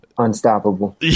unstoppable